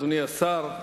אדוני השר,